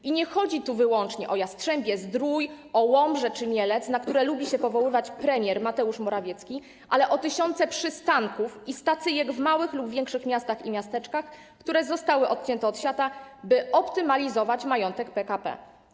I nie chodzi tu wyłącznie o Jastrzębie-Zdrój, o Łomżę czy Mielec, na które lubi się powoływać premier Mateusz Morawiecki, ale o tysiące przystanków i stacyjek w małych lub większych miastach i miasteczkach, które zostały odcięte od świata, by optymalizować majątek PKP.